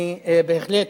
אני בהחלט,